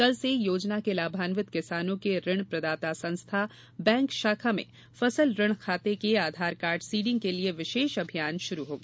कल से योजना के लाभान्वित किसानों के ऋण प्रदाता संस्था बैंक शाखा में फसल ऋण खाते के आधारकार्ड सीडिंग के लिए विशेष अभियान शुरू हो गया